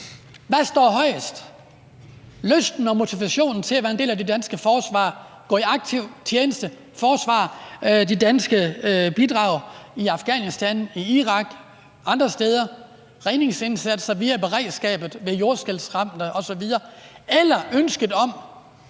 Hvad står højest: Lysten og motivationen til at være en del af det danske forsvar og gå i aktiv tjeneste i forbindelse med de danske bidrag i Afghanistan, i Irak og andre steder, i redningsindsatser, via beredskabet ved jordskælv osv., eller ønsket om